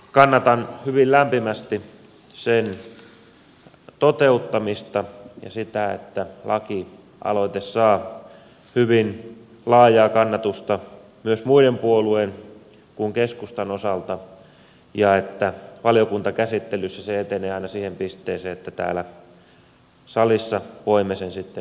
kannatan hyvin lämpimästi sen toteuttamista ja sitä että lakialoite saa hyvin laajaa kannatusta myös muiden puolueiden kuin keskustan osalta ja että valiokuntakäsittelyssä se etenee aina siihen pisteeseen että täällä salissa voimme sen sitten hyväksyä